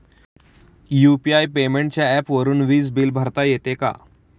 UPI पेमेंटच्या ऍपवरुन वीज बिल भरता येते का?